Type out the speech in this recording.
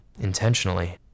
intentionally